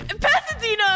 Pasadena